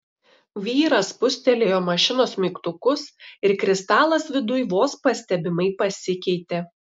vyras spustelėjo mašinos mygtukus ir kristalas viduj vos pastebimai pasikeitė